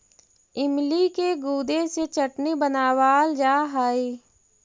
इमली के गुदे से चटनी बनावाल जा हई